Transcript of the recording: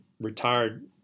retired